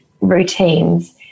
routines